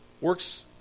works